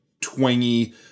twangy